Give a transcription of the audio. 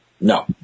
No